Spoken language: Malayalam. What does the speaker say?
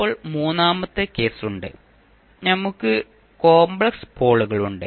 ഇപ്പോൾ മൂന്നാമത്തെ കേസ് ഉണ്ട് അവിടെ നമുക്ക് കോമ്പ്ലെക്സ് പോളുകളുണ്ട്